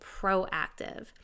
proactive